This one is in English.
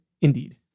indeed